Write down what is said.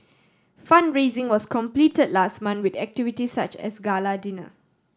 fund raising was completed last month with activities such as gala dinner